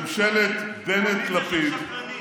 ממשלת בנט-לפיד,